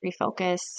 refocus